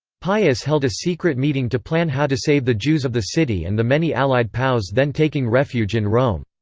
pius held a secret meeting to plan how to save the jews of the city and the many allied pows then taking refuge in rome.